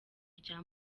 rya